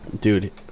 Dude